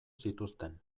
zituzten